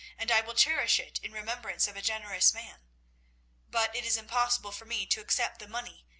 and i will cherish it in remembrance of a generous man but it is impossible for me to accept the money,